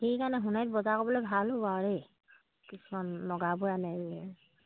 সেইকাৰণে সোণাৰিত বজাৰ কৰিবলৈ ভালো বাৰু দেই কিছুমান নগাবোৰে আনে